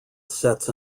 sets